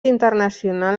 internacional